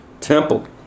temple